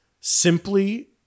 simply